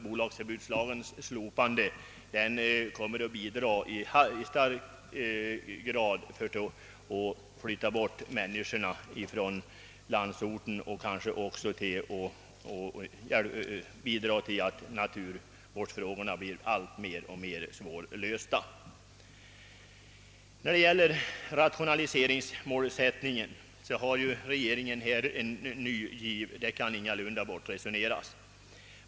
Bolagsförbudslagens slopande kommer att i hög grad bidra till att flytta bort människorna från landsbygden och kanske också till att naturvårdsproblemen blir alltmer svårlösta. I fråga om rationaliseringsmålsättningen presenterar regeringen en ny giv, det kan ingalunda bortresoneras.